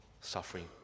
suffering